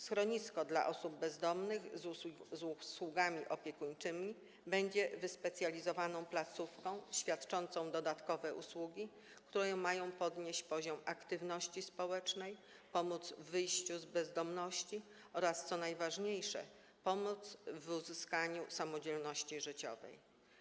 Schronisko dla osób bezdomnych z usługami opiekuńczymi będzie wyspecjalizowaną placówką świadczącą dodatkowe usługi, które pozwolą podnieść poziom aktywności społecznej, pomogą w wyjściu z bezdomności oraz, co najważniejsze, pomogą w uzyskaniu samodzielności życiowej.